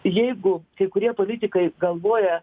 jeigu kai kurie politikai galvoja